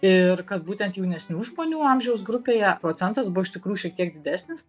ir kad būtent jaunesnių žmonių amžiaus grupėje procentas buvo iš tikrųjų šiek tiek didesnis